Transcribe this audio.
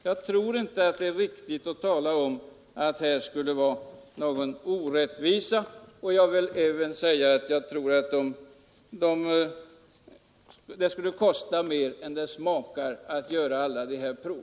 Jag tror inte att det är riktigt att tala om att det skulle vara någon orättvisa här. Jag vill även säga att jag tror att det skulle kosta mer än det smakar att göra alla dessa stickprov.